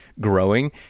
growing